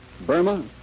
Burma